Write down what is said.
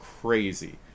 crazy